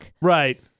Right